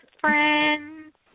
friends